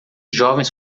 jovens